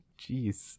jeez